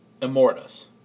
Immortus